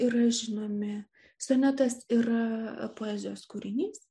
yra žinomi sonetas yra poezijos kūrinys